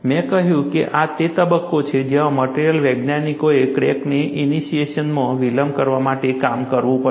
મેં કહ્યું કે આ તે તબક્કો છે જ્યાં મટેરીઅલ વૈજ્ઞાનિકોએ ક્રેકની ઇનિશિએશનમાં વિલંબ કરવા માટે કામ કરવું પડશે